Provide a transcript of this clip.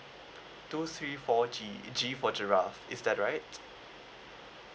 two three four G G for giraffe is that right